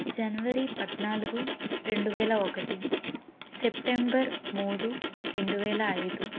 జనవరి పద్నాలుగు రెండు వేల ఒకటి సెప్టెంబర్ మూడు రెండువేల ఐదు